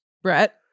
Brett